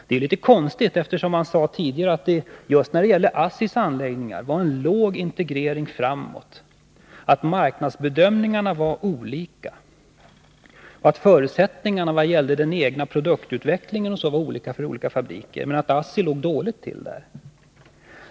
Det är litet konstigt, eftersom han tidigare sade att det just när det gäller ASSI:s anläggningar var fråga om en låg integrering framåt, att marknadsbedömningarna var olika, att förutsättningarna för den egna produktutvecklingen var olika för olika fabriker men att ASSI låg dåligt till.